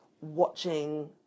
watching